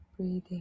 Breathing